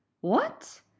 What